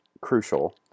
crucial